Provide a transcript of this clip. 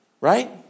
right